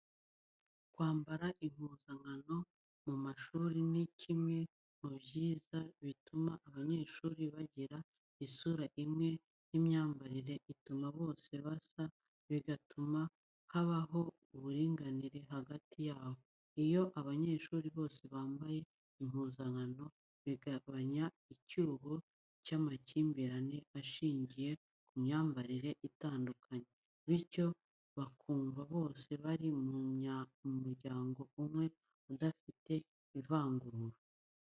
Kwambara impuzankano mu mashuri ni kimwe mu byiza bituma abanyeshuri bagira isura imwe n’imyambaro ituma bose basa, bigatuma habaho uburinganire hagati yabo. Iyo abanyeshuri bose bambaye impuzankano, bigabanya icyuho cy’amakimbirane ashingiye ku myambarire itandukanye, bityo bakumva bose bari mu muryango umwe udafite ivangura.